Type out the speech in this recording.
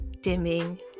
dimming